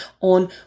on